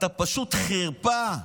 אתה פשוט חרפה.